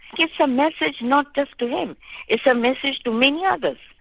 gets a message not just to him, it's a message to many others.